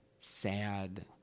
sad